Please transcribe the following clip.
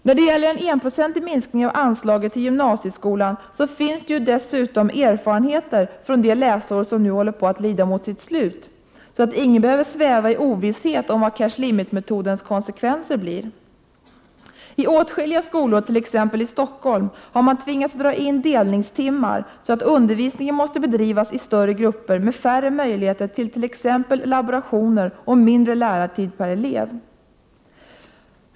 När det gäller en enprocentig minskning av anslaget till gymnasieskolan finns det dessutom erfarenheter från det läsår som nu lider mot sitt slut, så ingen behöver sväva i ovisshet om vilka cash limit-metodens konsekvenser 69 blir. I åtskilliga skolor, t.ex. i Stockholm, har man tvingats dra in delningstimmar, så att undervisningen måste bedrivas i större grupper med färre möjligheter till t.ex. laborationer och mindre lärartid per elev.